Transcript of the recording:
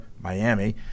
Miami